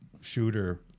shooter